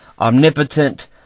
Omnipotent